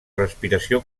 respiració